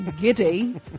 giddy